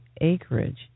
acreage